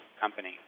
company